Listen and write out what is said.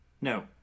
No